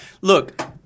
look